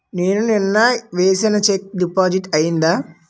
నేను నిన్న వేసిన చెక్ డిపాజిట్ అయిందా?